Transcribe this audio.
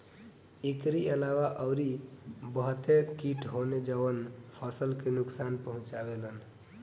एकरी अलावा अउरी बहते किट होने जवन फसल के नुकसान पहुंचावे लन